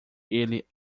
ele